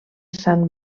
sant